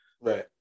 Right